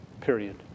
Period